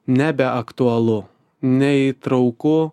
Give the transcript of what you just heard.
nebeaktualu neįtrauku